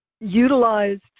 utilized